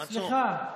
סליחה,